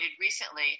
recently